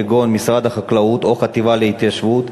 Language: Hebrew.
כגון משרד החקלאות או החטיבה להתיישבות,